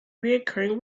recurring